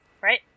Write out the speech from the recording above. right